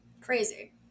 Crazy